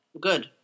Good